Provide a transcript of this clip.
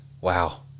wow